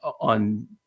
on